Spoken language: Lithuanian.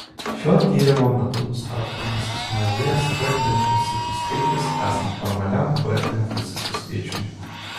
šio tyrimo metu nustatomas sumažėjęs t limfocitų skaičius esant normaliam b limfocitų skaičiui